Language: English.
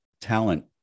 talent